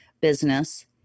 business